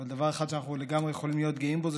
אבל דבר אחד שאנחנו לגמרי יכולים להיות גאים בו זה